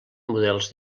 models